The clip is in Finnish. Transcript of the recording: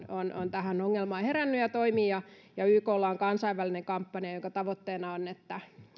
tähän ongelmaan herännyt ja toimii ja yklla on kansainvälinen kampanja jonka tavoitteena on että